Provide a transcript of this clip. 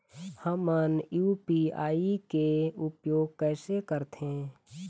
हमन यू.पी.आई के उपयोग कैसे करथें?